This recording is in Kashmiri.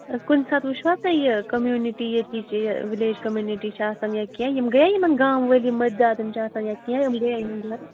کُنہِ ساتہٕ وُچھوا حظ تۄہہِ یہِ کٔمِنِوٗٹی ییٚتی چھِ یہِ وِلَیج کٔمنِٹی چھِ آسان یا کینٛہہ یِم گٔیے یِمَن گامہٕ وٲلۍ یِم مٔرۍ دم یِم چھِ آسان یا کیٚنٛہہ یِم گٔیے یِمَن گَرٕ